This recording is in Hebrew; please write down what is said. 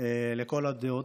לכל הדעות,